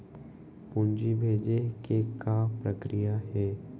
पूंजी भेजे के का प्रक्रिया हे?